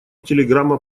телеграмма